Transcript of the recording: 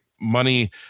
money